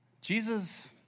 Jesus